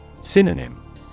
Synonym